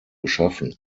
geschaffen